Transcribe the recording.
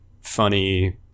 funny